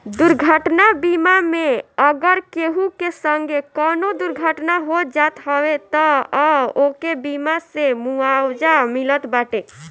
दुर्घटना बीमा मे अगर केहू के संगे कवनो दुर्घटना हो जात हवे तअ ओके बीमा से मुआवजा मिलत बाटे